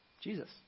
Jesus